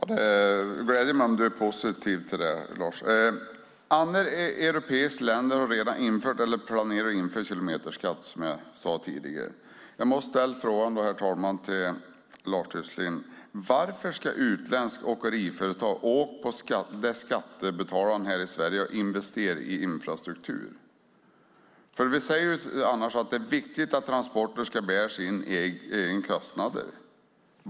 Herr talman! Det gläder mig om du, Lars Tysklind, är positiv till en utbyggnad. Andra europeiska länder har redan infört eller planerar att införa kilometerskatt, som jag tidigare sagt. Jag måste därför till Lars Tysklind ställa frågan: Varför ska utländska åkeriföretag åka så att säga på den infrastruktur som skattebetalare här i Sverige har investerat i? Annars säger vi ju att det är viktigt att transporterna ska bära sina egna kostnader.